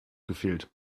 gefehlt